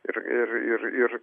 ir ir ir ir